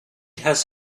has